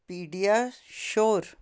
ਪੀਡੀਆ ਸ਼ੋਰ